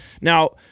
Now